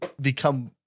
become